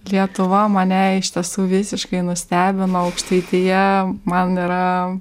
lietuva mane iš tiesų visiškai nustebino aukštaitija man yra